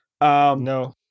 No